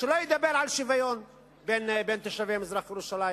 שלא ידבר על שוויון בין תושבי מזרח-ירושלים,